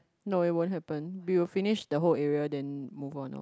no it won't happen we will finish the whole area then move on loh